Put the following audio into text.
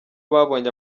babonye